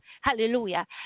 hallelujah